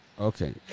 Okay